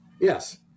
Yes